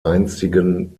einstigen